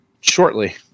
shortly